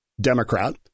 Democrat